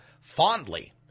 fondly